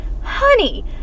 honey